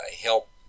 help